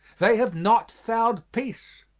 they have not found peace.